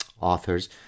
authors